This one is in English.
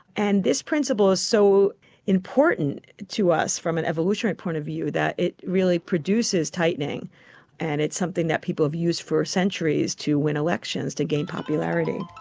and this principle is so important to us from an evolutionary point of view that it really produces tightening and it's something that people have used for centuries to win elections to gain popularity.